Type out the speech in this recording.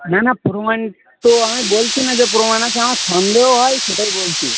না না প্রমাণ তো আমি বলছি না যে প্রমাণ আছে আমার সন্দেহ হয় সেটাই বলছি